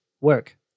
work